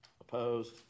Opposed